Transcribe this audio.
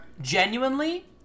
genuinely